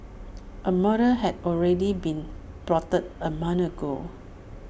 A murder had already been plotted A month ago